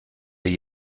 hier